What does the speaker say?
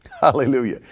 hallelujah